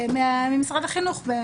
ממשרד החינוך.